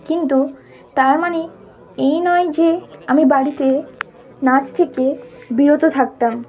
কিন্তু তার মানে এই নয় যে আমি বাড়িতে নাচ থেকে বিরত থাকতাম